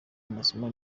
amasomo